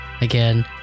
Again